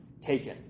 taken